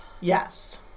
Yes